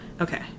Okay